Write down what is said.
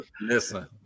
Listen